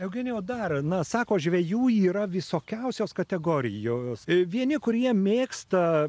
eugenijau dar na sako žvejų yra visokiausios kategorijos vieni kurie mėgsta